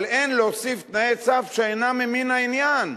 אבל אין להוסיף תנאי סף שאינם ממין העניין.